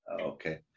Okay